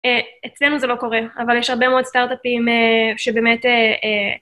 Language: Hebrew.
אצלנו זה לא קורה, אבל יש הרבה מאוד סטארט-אפים שבאמת אה...